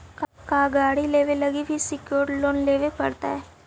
का गाड़ी लेबे लागी भी सेक्योर्ड लोन लेबे पड़तई?